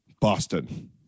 boston